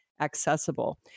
accessible